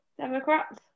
Democrats